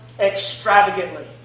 extravagantly